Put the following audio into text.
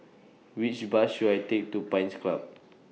Which Bus should I Take to Pines Club